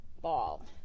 ball